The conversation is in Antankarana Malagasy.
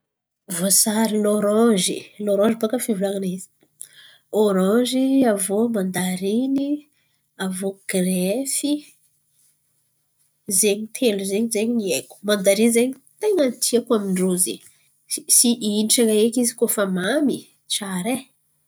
Voasary lôranzy lôranzy baka fivolan̈ana izy, ôranzy aviô mandariny aviô girefy zen̈y telo zen̈y ny haiko, mandariny zen̈y intran̈a eky izy koa fa mamy tsara e!